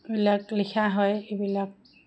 বিলাক লিখা হয় এইবিলাক